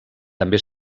també